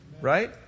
right